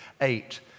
eight